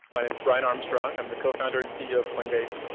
my name is brian armstrong, i'm the co-founder and ceo of coinbase,